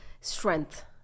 strength